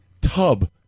tub